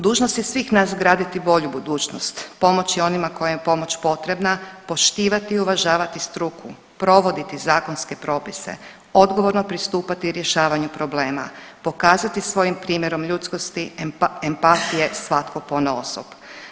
Dužnost je svih nas graditi bolju budućnost, pomoći onima kojima je pomoć potrebna, poštivati i uvažavati struku, provoditi zakonske propise, odgovorno pristupati rješavanju problema, pokazati svojim primjerom ljudskosti, empatije svatko ponaosob.